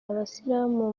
abasilamu